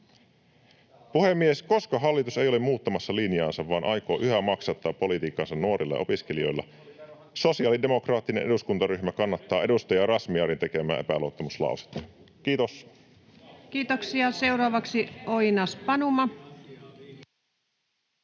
Puhemies! Koska hallitus ei ole muuttamassa linjaansa, vaan aikoo yhä maksattaa politiikkaansa nuorilla ja opiskelijoilla, sosiaalidemokraattinen eduskuntaryhmä kannattaa edustaja Razmyarin tekemää epäluottamuslausetta. — Kiitos. [Speech 11] Speaker: